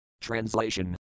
Translation